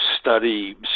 study